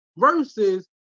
versus